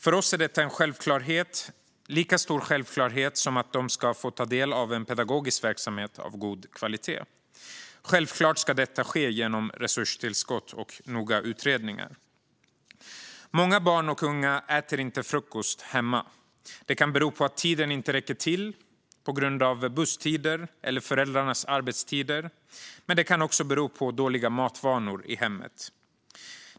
För oss är detta en lika stor självklarhet som att de ska få ta del av en pedagogisk verksamhet av god kvalitet. Självklart ska detta ske genom resurstillskott och noggranna utredningar. Många barn och unga äter inte frukost hemma. Det kan bero på att tiden inte räcker till på grund av busstider eller föräldrarnas arbetstider, men det kan också bero på dåliga matvanor i hemmet.